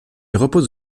repose